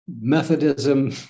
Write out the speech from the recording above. Methodism